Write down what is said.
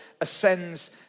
ascends